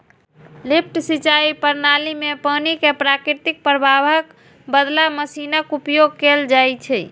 lift सिंचाइ प्रणाली मे पानि कें प्राकृतिक प्रवाहक बदला मशीनक उपयोग कैल जाइ छै